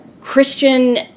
Christian